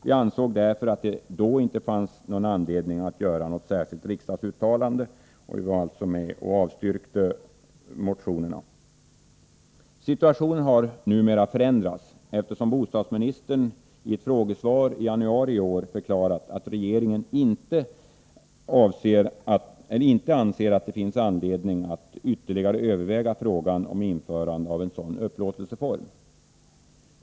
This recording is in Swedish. Vi ansåg därför att det då inte fanns någon anledning att göra något riksdagsuttalande härom. Vi avstyrkte motionerna. Situationen har numera förändrats, eftersom bostadsministern i ett frågesvar i januari i år förklarat att regeringen inte anser att det finns anledning att ytterligare överväga frågan om införande av en sådan upplåtelseform.